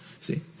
See